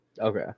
Okay